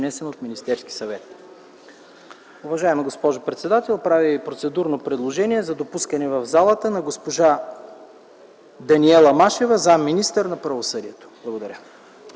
от Министерския съвет.” Уважаема госпожо председател, правя и процедурно предложение за допускане в пленарната зала на госпожа Даниела Машева - заместник-министър на правосъдието. Благодаря.